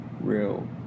Real